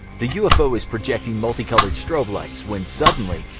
the ufo is projecting multi-colored strobe lights, when suddenly,